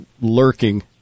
lurking